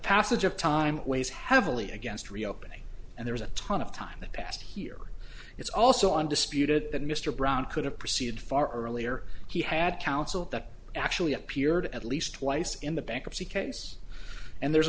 passage of time weighs heavily against reopening and there's a ton of time that passed here it's also on disputed that mr brown could have proceeded far earlier he had counsel that actually appeared at least twice in the bankruptcy case and there